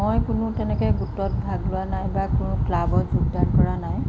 মই কোনো তেনেকৈ গোটত ভাগ লোৱা নাই বা কোনো ক্লাবত যোগদান কৰা নাই